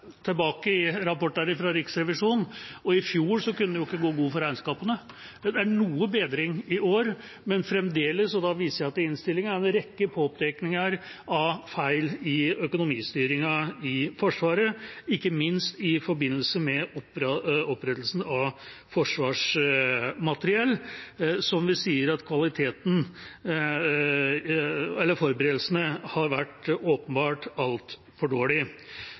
er noe bedring i år, men fremdeles – og da viser jeg til innstillinga – er det en rekke påpekninger av feil i økonomistyringen i Forsvaret, ikke minst i forbindelse med opprettelsen av Forsvarsmateriell, der vi sier at forberedelsene åpenbart har vært altfor